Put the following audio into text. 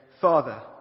Father